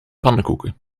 pannenkoeken